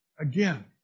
Again